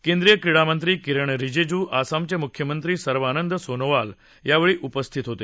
केंद्रीय क्रीडा मंत्री किरेन रिजिजू आसामचे मुख्यमंत्री सर्वानंद सोनोवाल यावेळी उपस्थित होते